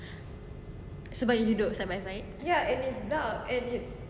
sebab you duduk side by side